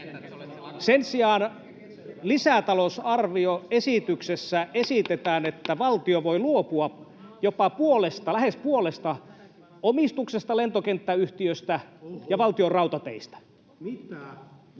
Sen sijaan lisätalousarvioesityksessä esitetään, että valtio voi luopua lähes puolesta omistuksesta lentokenttäyhtiössä ja Valtionrautateissä.